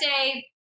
say